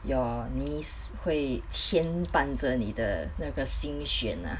your niece 会牵绊着你的那个新血 ah